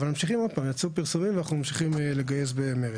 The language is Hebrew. אבל יצאו פרסומים ואנחנו ממשיכים לגייס במרץ.